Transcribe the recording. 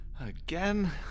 Again